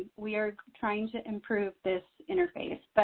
we are trying to improve this interface. but,